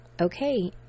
okay